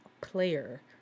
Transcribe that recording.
player